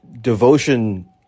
devotion